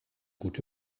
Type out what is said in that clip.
gut